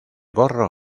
gorro